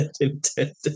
intended